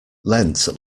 lent